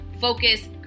focus